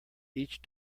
each